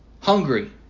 hungry